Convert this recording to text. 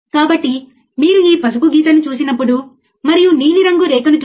కాబట్టి సీతారాంను ఇక్కడికి వచ్చి కనెక్ట్ చేయమని మళ్ళీ అడుగుతాను